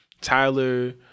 Tyler